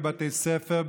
בבתי ספר,